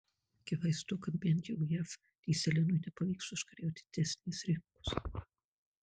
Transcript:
akivaizdu kad bent jau jav dyzelinui nepavyks užkariauti didesnės rinkos